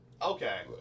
Okay